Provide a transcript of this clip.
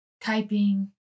typing